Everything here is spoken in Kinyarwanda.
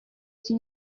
iki